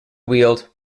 wheeled